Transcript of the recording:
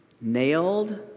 nailed